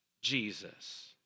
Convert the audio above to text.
Jesus